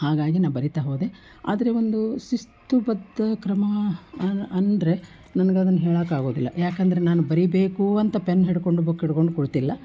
ಹಾಗಾಗಿ ನ ಬರಿತಾ ಹೋದೆ ಆದರೆ ಒಂದು ಶಿಸ್ತು ಬದ್ಧ ಕ್ರಮ ಅಂದರೆ ನನಗೆ ಅದನ್ನ ಹೇಳೋಕೆ ಆಗೋದಿಲ್ಲ ಯಾಕೆಂದರೆ ನಾನು ಬರಿಬೇಕು ಅಂತ ಪೆನ್ ಹಿಡ್ಕೊಂಡು ಬುಕ್ ಹಿಡ್ಕೊಂಡು ಕುಳಿತಿಲ್ಲ